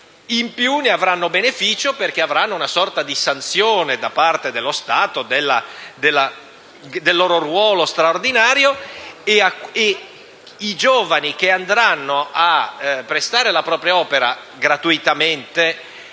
Stato) e in più perché avranno una sorta di sanzione da parte dello Stato del loro ruolo straordinario. Peraltro, i giovani che andranno a prestare la propria opera gratuitamente